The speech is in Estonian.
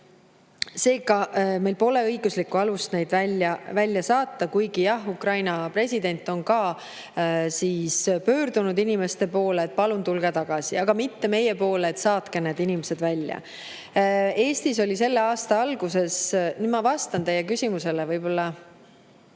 Seega meil pole õiguslikku alust neid välja saata. Jah, Ukraina president on pöördunud oma inimeste poole, et palun tulge tagasi, aga mitte meie poole, et saatke need inimesed välja. Eestis oli selle aasta alguses – nüüd ma vastan teie küsimusele, kuna